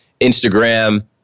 Instagram